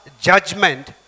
judgment